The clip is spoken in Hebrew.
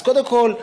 אז קודם כול,